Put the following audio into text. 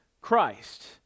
Christ